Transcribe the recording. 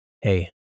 Hey